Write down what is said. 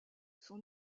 son